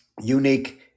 unique